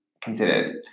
considered